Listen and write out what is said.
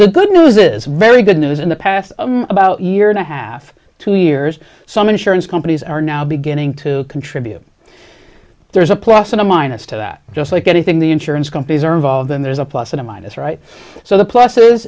the good news is very good news in the past about a year and a half two years some insurance companies are now beginning to contribute there's a plus and a minus to that just like anything the insurance companies are involved in there's a plus or minus right so the plus